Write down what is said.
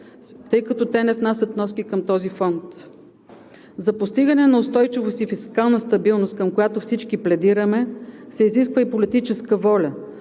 тъй като те не внасят вноски към този фонд. За постигане на устойчивост и фискална стабилност, към която всички пледираме, се изисква и политическа воля,